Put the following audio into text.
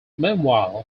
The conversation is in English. meanwhile